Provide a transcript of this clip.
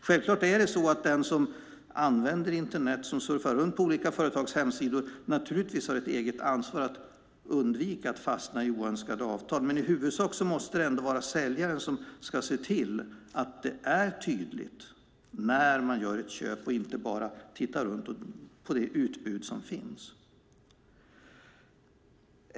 Självklart har den som använder Internet och surfar runt på olika företags hemsidor ett eget ansvar att undvika att fastna i oönskade avtal, men i huvudsak måste det ändå vara säljaren som ska se till att det är tydligt när man gör ett köp och inte bara tittar runt på det utbud som finns.